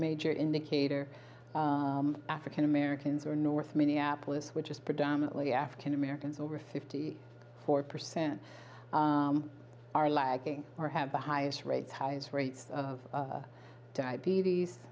major indicator african americans or north minneapolis which is predominately african americans over fifty four percent are lagging or have the highest rates highest rates of diabetes